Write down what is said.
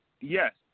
yes